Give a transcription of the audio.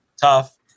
tough